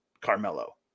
Carmelo